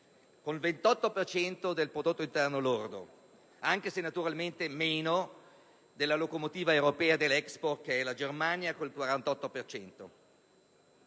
cento del prodotto interno lordo, anche se naturalmente meno della locomotiva europea delle esportazioni, cioè la Germania, con il 48